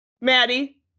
Maddie